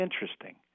interesting